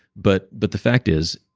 but but the fact is,